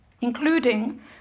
including